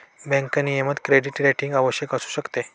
bank नियमनात credit rating आवश्यक असू शकते